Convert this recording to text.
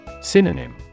Synonym